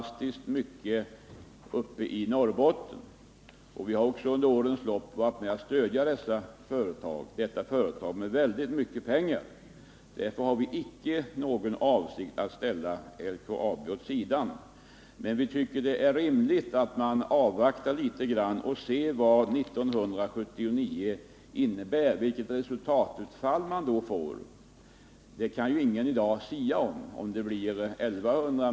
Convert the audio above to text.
Vidare kommentarer är överflödiga. Herr talman!